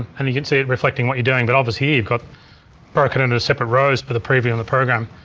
and you can see it reflecting what you're doing but all this here got broken into separate rows for the preview in the program.